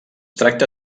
tracta